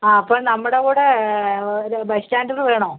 ആ അപ്പോ നമ്മുടെ ഒരു ബൈ സ്റ്റാൻഡറ് വേണോ